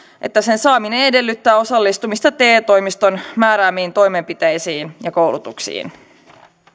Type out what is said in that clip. että sen saaminen edellyttää osallistumista te toimiston määräämiin toimenpiteisiin ja koulutuksiin